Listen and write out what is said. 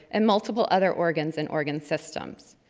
and multiple other organs and organ systems.